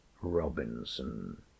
Robinson